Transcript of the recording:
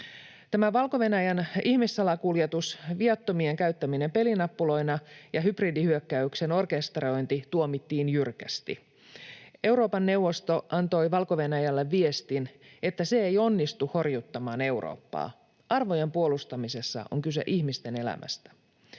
Tämä Valko-Venäjän ihmissalakuljetus, viattomien käyttäminen pelinappuloina ja hybridihyökkäyksen orkestrointi tuomittiin jyrkästi. Euroopan neuvosto antoi Valko-Venäjälle viestin, että se ei onnistu horjuttamaan Eurooppaa. Arvojen puolustamisessa on kyse ihmisten elämästä.